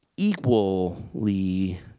equally